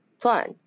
plan